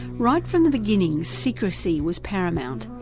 right from the beginning, secrecy was paramount,